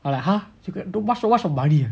!huh! don't wash don't wash your money ah